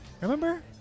Remember